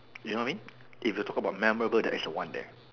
you know what I mean if you talk about memorable that is the one there